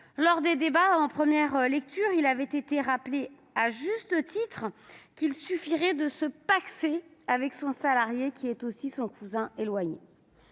Lors des débats en première lecture, il avait été rappelé, à juste titre, qu'« il suffirait de se pacser avec son salarié qui est aussi son cousin éloigné